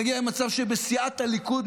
להגיע למצב שבסיעת הליכוד,